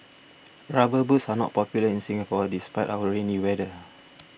rubber boots are not popular in Singapore despite our rainy weather